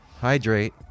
hydrate